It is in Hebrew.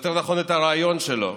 יותר נכון את הריאיון שלו,